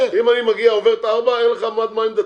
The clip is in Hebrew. אני עובר את 16:00 אין לך מד מים דתי.